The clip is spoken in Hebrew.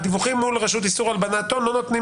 הדיווחים מול הרשות לאיסור הלבנת הון לא נותנים